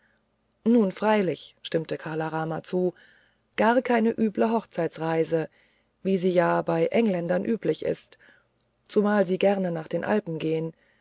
nun freilich stimmte kala rama zu gar keine üble hochzeitsreise wie sie ja bei engländern üblich ist zumal sie gerne nach den alpen gehen